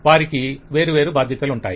వారికి వేరువేరు బాధ్యతలు ఉంటాయి